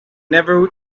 never